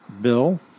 Bill